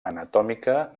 anatòmica